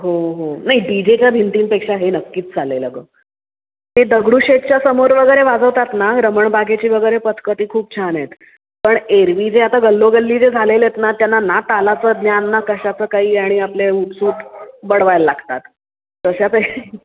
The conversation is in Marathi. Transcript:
हो हो नाही डीजेच्या भिंतींपेक्षा हे नक्कीच चालेल अगं ते दगडूशेठच्या समोर वगैरे वाजवतात ना रमण बागेची वगैरे पथकं ती खूप छान आहेत पण एरवी जे आता गल्लोगल्ली जे झालेले आहेत ना त्यांना ना तालाचं ज्ञान ना कशाचं काही आणि आपले उठसूठ बडवायला लागतात तशापेक्षा